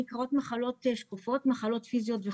במחנה יהודה אומרים להם שמעו, אנחנו כבר